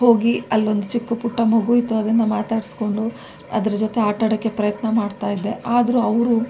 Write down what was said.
ಹೋಗಿ ಅಲ್ಲೊಂದು ಚಿಕ್ಕ ಪುಟ್ಟ ಮಗು ಇತ್ತು ಅದನ್ನು ಮಾತಾಡಿಸ್ಕೊಂಡು ಅದರ ಜೊತೆ ಆಟಾಡೋಕ್ಕೆ ಪ್ರಯತ್ನ ಮಾಡ್ತಾಯಿದ್ದೆ ಆದರೂ ಅವರು